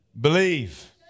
believe